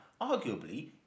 arguably